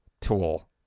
tool